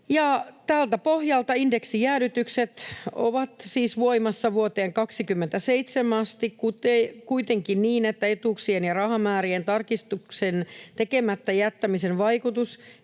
Tältä pohjalta indeksijäädytykset ovat siis voimassa vuoteen 27 asti, kuitenkin niin, että etuuksien ja rahamäärien tarkistusten tekemättä jättämisen vaikutus